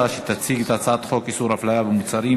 להציג את הצעת חוק איסור הפליה במוצרים,